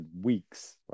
weeks